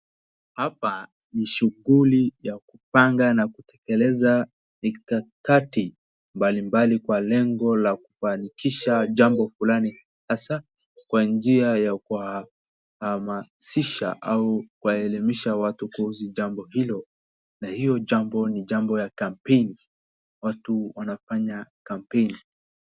Hapa ni shughuli ya kupanga na kutekeleza mikakati mbalimbali kwa lengo la kufanikisha jambo fulani hasa kwa njia ya kuhamasisha au kuelimisha watu kuhusu jambo hilo. Na hio jambo ni jambo ya kampeni watu wanafanya kampeni.